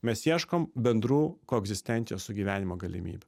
mes ieškom bendrų koegzistencijos sugyvenimo galimybių